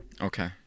Okay